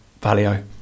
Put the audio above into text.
Valio